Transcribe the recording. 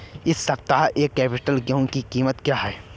इस सप्ताह एक क्विंटल गेहूँ की कीमत क्या है?